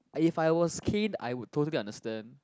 if I was kid I would totally understand